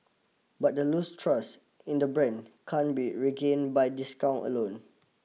but the lose trust in the brand can't be regained by discount alone